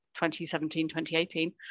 2017-2018